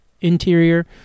interior